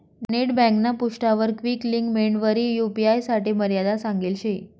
net ब्यांकना पृष्ठावर quick links मेंडवरी यू.पी.आय साठे मर्यादा सांगेल शे